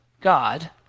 god